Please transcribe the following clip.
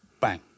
bang